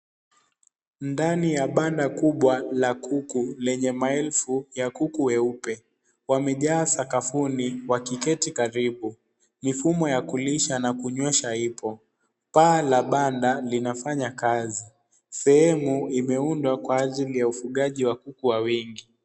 Ndani ya banda kubwa la kuku lenye maelfu ya kuku weupe. Wamejaa sakafuni wakiketi karibu. Mifumo ya kulisha na kunywesha ipo. Paa la banda linafanya kazi. Sehemu imeundwa kwa ajili ya kuku wengi.